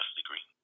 degree